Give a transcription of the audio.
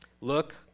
Look